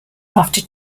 after